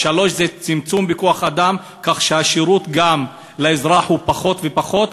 השלישי זה צמצום בכוח-אדם כך שהשירות לאזרח הוא פחות ופחות,